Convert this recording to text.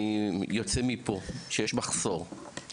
אני יוצא מפה שיש מחוסר,